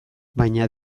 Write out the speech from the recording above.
baina